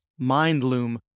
Mindloom